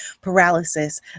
paralysis